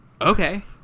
okay